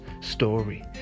story